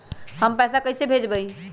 हम पैसा कईसे भेजबई?